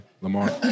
Lamar